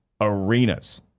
arenas